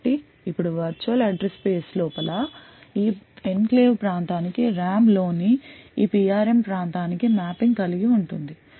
కాబట్టి ఇప్పుడు virtual address space లోపల ఈ ఎన్క్లేవ్ ప్రాంతానికి RAM లోని ఈ PRM ప్రాంతానికి మ్యాపింగ్ కలిగి ఉంటుంది